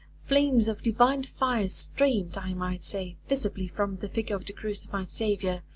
flames of divine fire, streamed, i might say, visibly from the figure of the crucified saviour,